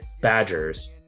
badgers